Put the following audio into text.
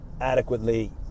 adequately